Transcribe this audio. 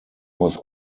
was